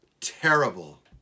terrible